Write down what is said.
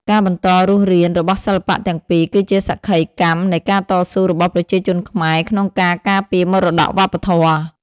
ការបន្តរស់រាន របស់សិល្បៈទាំងពីរគឺជាសក្ខីកម្មនៃការតស៊ូរបស់ប្រជាជនខ្មែរក្នុងការការពារមរតកវប្បធម៌។